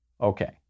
Okay